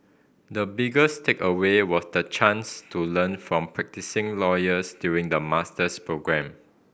the biggest takeaway was the chance to learn from practising lawyers during the master's programme